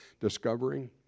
discovering